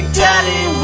daddy